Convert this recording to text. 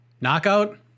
Knockout